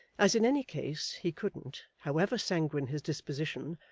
as in any case, he couldn't, however sanguine his disposition,